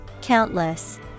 countless